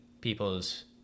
people's